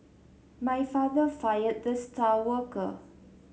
my father fired the star worker